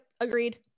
agreed